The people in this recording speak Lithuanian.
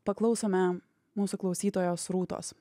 paklausome mūsų klausytojos rūtos